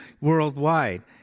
worldwide